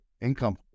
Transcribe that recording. income